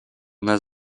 нас